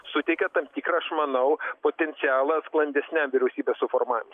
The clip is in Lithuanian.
suteikia tam tikrą aš manau potencialą sklandesniam vyriausybės suformavimui